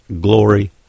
Glory